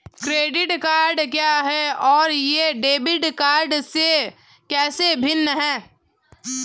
Credit card क्या है और यह डेबिट कार्ड से कैसे भिन्न है?